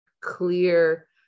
clear